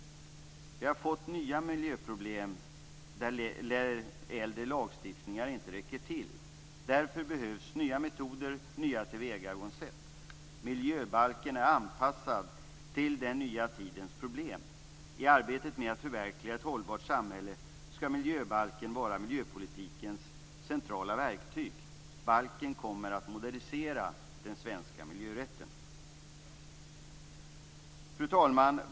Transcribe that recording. Vi har fått nya miljöproblem där äldre lagstiftningar inte räcker till. Därför behövs nya metoder, nya tillvägagångssätt. Miljöbalken är anpassad till den nya tidens problem. I arbetet med att förverkliga ett hållbart samhälle skall miljöbalken vara miljöpolitikens centrala verktyg. Balken kommer att modernisera den svenska miljörätten. Fru talman!